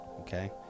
Okay